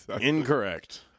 Incorrect